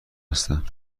هستن